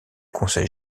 conseil